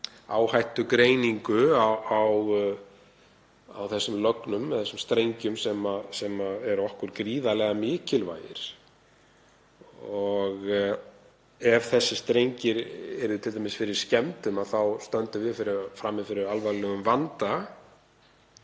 áhættugreiningu á þessum lögnum eða þessum strengjum sem eru okkur gríðarlega mikilvægir. Ef þessir strengir yrðu t.d. fyrir skemmdum þá stöndum við frammi fyrir alvarlegum vanda.